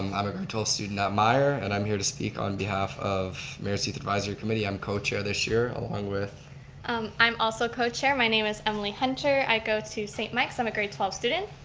i'm a grade twelve student at myer, and i'm here to speak on behalf of mayor's youth advisory committee. i'm co-chair this year along with i'm i'm also co-chair, my name is emily hunter. i go to saint mike's, i'm a grade twelve student.